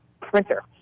printer